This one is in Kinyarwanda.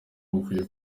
bukwiye